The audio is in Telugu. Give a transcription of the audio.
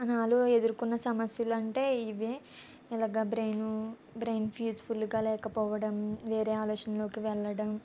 నాలో ఎదుర్కొన్న సమస్యలు అంటే ఇవి ఇలాగ బ్రెయిను బ్రెయిన్ పీస్ఫుల్గా లేకపోవడం వేరే ఆలోచనలోకి వెళ్ళడం